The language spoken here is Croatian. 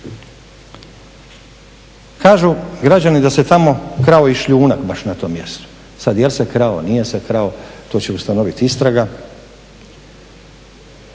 Kažu građani da se tamo krao i šljunak baš na tom mjestu. Sad jel se krao, nije se krao to će ustanoviti istraga.